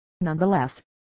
Nonetheless